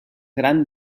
gran